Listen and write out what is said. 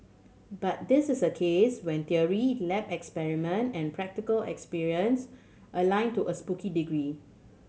but this is a case when theory lab experiment and practical experience align to a spooky degree